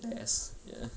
ass ya